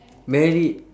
married